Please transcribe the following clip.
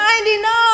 99